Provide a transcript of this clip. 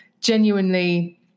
genuinely